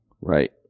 Right